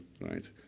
right